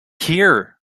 here